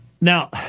Now